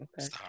Okay